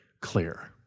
clear